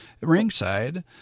ringside